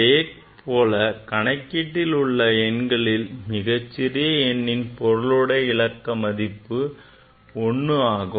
அதேபோல் கணக்கீட்டில் உள்ள எண்களில் சிறிய எண்ணின் பொருளுடைய இலக்க மதிப்பு 1 ஆகும்